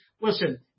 Listen